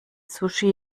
sushi